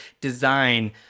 design